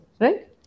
right